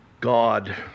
God